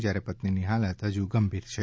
શ્યારે પત્નીની હાલત હજુ ગંભીર છે